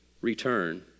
Return